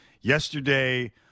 Yesterday